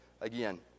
Again